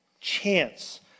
chance